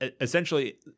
essentially